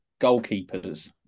goalkeepers